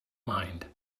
mind